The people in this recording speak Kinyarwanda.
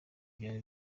byari